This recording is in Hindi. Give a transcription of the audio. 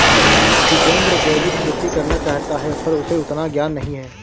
टिपेंद्र जैविक खेती करना चाहता है पर उसे उतना ज्ञान नही है